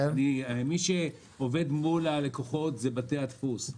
מי שעובד מול הלקוחות זה בתי הדפוס.